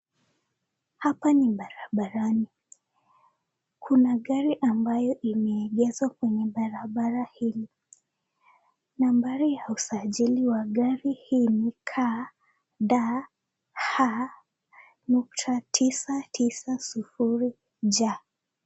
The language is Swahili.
Hapa ni bararani, kuna gari ambayo imeegezwa kwenye barabra hili, nambari ya usajili wa gari hili ni Kaa Daa Haa nukta tisa tisa sufuri J